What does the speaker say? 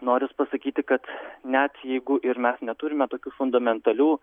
noris pasakyti kad net jeigu ir mes neturime tokių fundamentalių